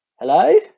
Hello